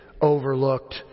overlooked